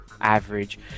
average